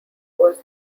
was